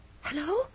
Hello